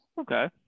Okay